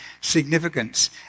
significance